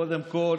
קודם כול